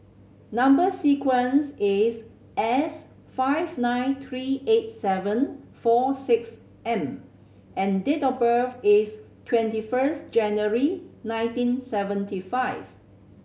number sequence is S five nine three eight seven four six M and date of birth is twenty first January nineteen seventy five